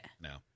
No